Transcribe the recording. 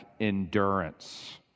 endurance